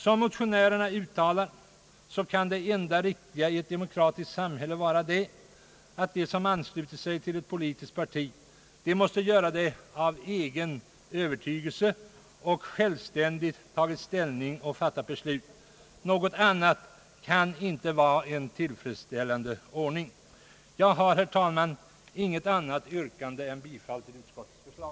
Som motionärerna uttalar kan det enda riktiga i ett demokratiskt samhälle vara att de som ansluter sig till ett politiskt parti måste få göra det av egen övertygelse och självständigt ha tagit ställning och fattat beslut. Något annat kan inte vara en tillfredsställande ordning. Jag har, herr talman, inget annat yrkande än bifall till utskottets hemställan.